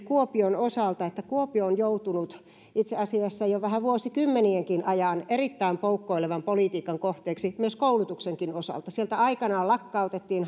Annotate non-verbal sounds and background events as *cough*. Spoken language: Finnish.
*unintelligible* kuopion osalta että kuopio on joutunut itse asiassa jo vuosikymmenienkin ajan erittäin poukkoilevan politiikan kohteeksi myös koulutuksen osalta aikanaan lakkautettiin *unintelligible*